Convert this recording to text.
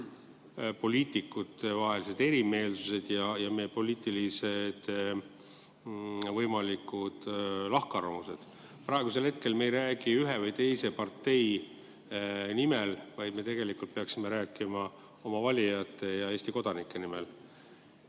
poliitikutevahelised erimeelsused ja meie võimalikud poliitilised lahkarvamused. Praegusel hetkel me ei räägi ühe või teise partei nimel, vaid me tegelikult peaksime rääkima oma valijate ja Eesti kodanike nimel.